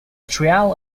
trial